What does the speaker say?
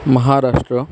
Maharashtra